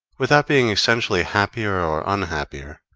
without being essentially happier or unhappier.